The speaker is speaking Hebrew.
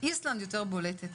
איסלנד יותר בולטת